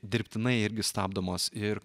dirbtinai irgi stabdomas ir